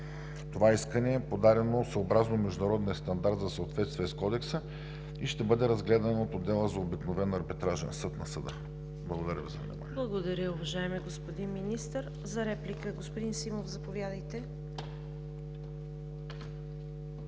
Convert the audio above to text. Това искане е подадено съобразно международния стандарт за съответствие с Кодекса и ще бъде разгледано в отдела за обикновен арбитражен съд на Съда. Благодаря за вниманието. ПРЕДСЕДАТЕЛ ЦВЕТА КАРАЯНЧЕВА: Благодаря, уважаеми господин Министър. За реплика – господин Симов, заповядайте.